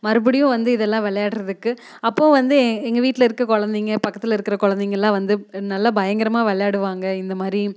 மறுபடியும் வந்து இதெல்லாம் விளையாடுறதுக்கு அப்போது வந்து எங்கள் வீட்டில் இருக்க குழந்தைங்க பக்கத்திலருக்க குழந்தைங்கள்லாம் வந்து நல்ல பயங்கரமாக விளையாடுவாங்க இந்தமாதிரி